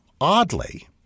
Oddly